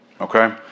Okay